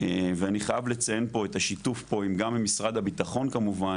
ואני חייב לציין פה את השיתוף גם עם משרד הביטחון כמובן,